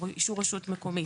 או אישור רשות מקומית.